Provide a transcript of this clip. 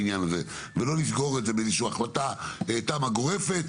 כי התמ"א לא פרקטית,